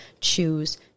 choose